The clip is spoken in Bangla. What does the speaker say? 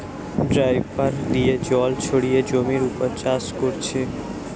ড্রাইপার দিয়ে জল ছড়িয়ে জমির উপর চাষ কোরছে